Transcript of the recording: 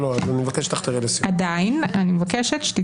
אני מבקש שתחתרי לסיום.